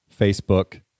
Facebook